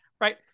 right